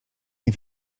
nie